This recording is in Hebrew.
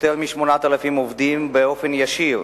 ויותר מ-8,000 עובדים בה באופן ישיר,